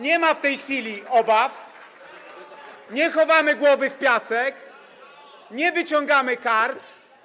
Nie ma w tej chwili obaw, nie chowamy głowy w piasek, nie wyciągamy kart.